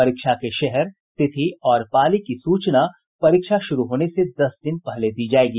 परीक्षा के शहर तिथि और पाली की सूचना परीक्षा शुरू होने से दस दिन पहले दी जायेगी